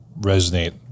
resonate